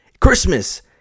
Christmas